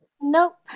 nope